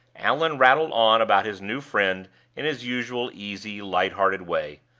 allan rattled on about his new friend in his usual easy, light-hearted way.